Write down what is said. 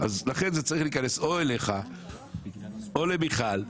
לכן זה צריך להיכנס או אליך או למיכל,